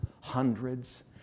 hundreds